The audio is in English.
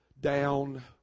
down